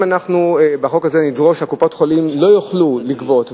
אם בחוק הזה נדרוש שקופות-החולים לא יוכלו לגבות,